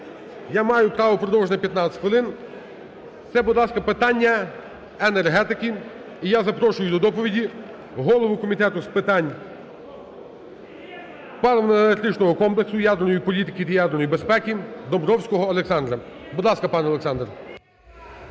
Я маю право продовжити на 15 хвилин. Це, будь ласка, питання енергетики. І я запрошую до доповіді голову Комітету з питань паливно-енергетичного комплексу, ядерної політики та ядерної безпеки Домбровського Олександра. Будь ласка, пане Олександр.